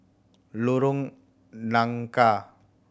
Lorong Nangka